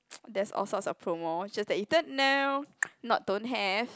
there's all sorts of promo it's just that you don't know not don't have